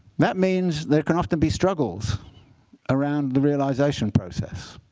that means there can often be struggles around the realization process.